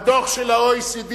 בדוח של ה-OECD,